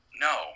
No